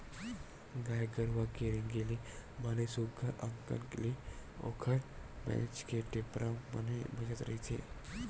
गाय गरुवा के रेगे ले बने सुग्घर अंकन ले ओखर घेंच के टेपरा बने बजत रहिथे